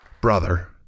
brother